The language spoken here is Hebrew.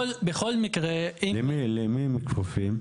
למי הן כפופות?